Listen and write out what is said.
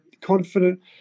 confident